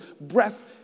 breath